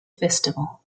festival